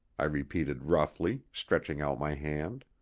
i repeated roughly, stretching out my hand.